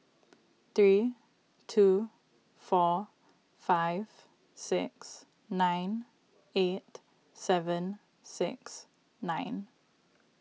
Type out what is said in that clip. three two four five six nine eight seven six nine